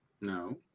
No